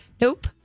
Nope